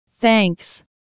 thanks